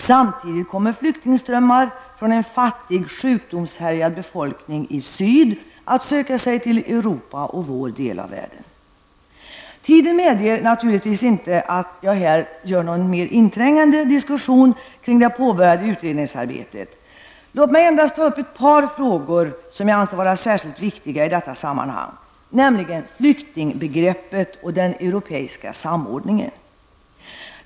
Samtidigt kommer flyktingströmmar från en fattig och sjukdomshärjad befolkning i syd att söka sig till Europa och vår del av världen. Tiden medger naturligtvis inte att jag här ger mig in i någon mer inträngande diskussion kring det påbörjade utredningsarbetet. Låt mig endast ta upp ett par frågor som jag anser vara särskilt viktiga i detta sammanhang, nämligen flyktingbegreppet och den europeiska samordningen.